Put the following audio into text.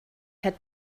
had